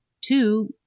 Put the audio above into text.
two